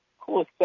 cool